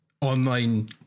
online